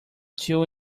two